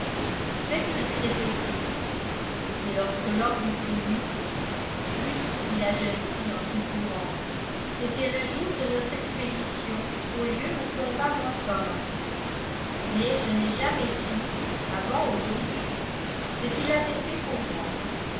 faites-le lui répéter et lorsque l'homme eut fini oui dit la jeune fille en soupirant c'était le jour de notre expédition au lieu où tomba montgomery mais je n'ai jamais su avant aujourd'hui ce qu'il avait fait pour moi